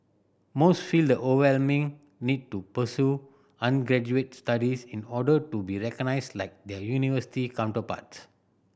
most feel the overwhelming need to pursue undergraduate studies in order to be recognised like their university counterparts